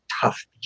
tough